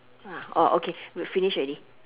oh okay we finish already